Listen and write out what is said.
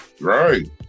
right